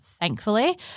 thankfully